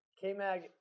K-Mag